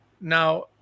Now